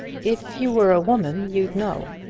if you were a woman you'd know.